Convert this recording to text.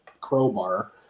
crowbar